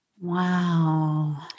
Wow